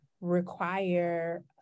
require